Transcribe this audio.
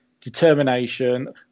determination